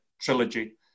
trilogy